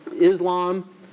Islam